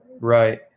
Right